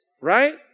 right